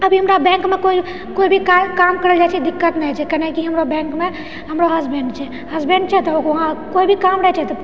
अभी हमरा बैंकमे केओ केओ भी का काम करै लऽ जाइ छिऐ तऽ दिक्कत नहि होइ छै कनि कि हमरा बैंकमे हमरो हसबैन्ड छै हसबैन्ड छै तऽ वहाँ कोइ भी काम रहै छै तऽ